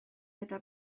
eta